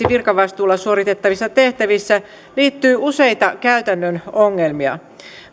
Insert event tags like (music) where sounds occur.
(unintelligible) virkavastuulla suoritettavissa tehtävissä liittyy useita käytännön ongelmia